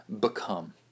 become